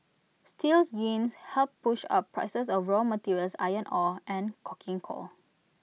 steel's gains helped push up prices of raw materials iron ore and coking coal